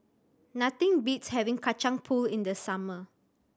nothing beats having Kacang Pool in the summer